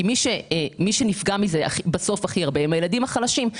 מי שנפגע מזה בסוף הכי הרבה הם הילדים החלשים.